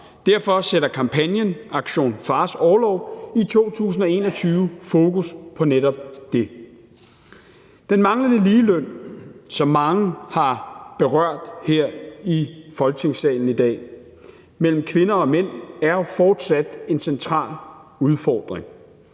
Derfor sætter kampagnen »Aktion Fars Orlov« i 2021 fokus på netop det. Kl. 13:13 Den manglende ligeløn mellem kvinder og mænd, som mange har berørt her i Folketingssalen i dag, er jo fortsat en central udfordring.